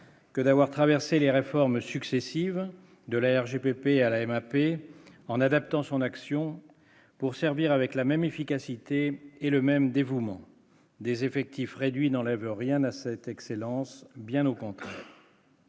que d'avoir traversé les réformes successives de la RGPP à la MAP en adaptant son action pour servir avec la même efficacité et le même dévouement des effectifs réduits n'enlève rien à cette excellence, bien au contraire.